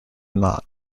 knot